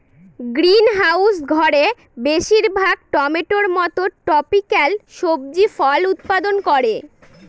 greenhouse ঘরে বেশির ভাগ টমেটোর মত ট্রপিকাল সবজি ফল উৎপাদন করে